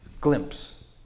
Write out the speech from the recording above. glimpse